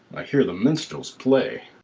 i hear the minstrels play.